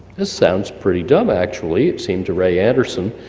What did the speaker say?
this sounds pretty dumb, actually, it seemed to ray anderson.